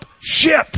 ship